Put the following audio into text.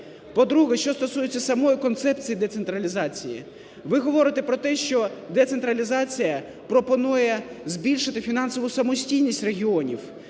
По-друге, що стосується самої концепції децентралізації. Ви говорите про те, що децентралізація пропонує збільшити фінансову самостійність регіонів,